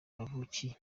bavukiye